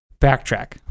backtrack